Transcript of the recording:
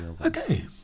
Okay